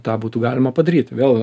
tą būtų galima padaryt vėl